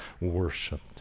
worshipped